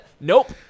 nope